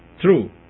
true